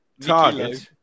Target